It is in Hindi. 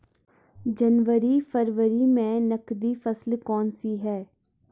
जनवरी फरवरी में नकदी फसल कौनसी है?